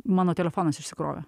mano telefonas išsikrovė